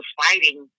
fighting